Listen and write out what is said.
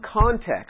context